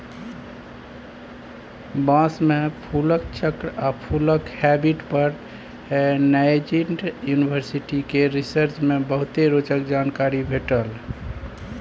बाँस मे फुलक चक्र आ फुलक हैबिट पर नैजिंड युनिवर्सिटी केर रिसर्च मे बहुते रोचक जानकारी भेटल